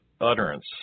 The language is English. utterance